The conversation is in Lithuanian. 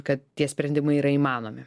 kad tie sprendimai yra įmanomi